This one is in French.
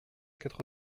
quatre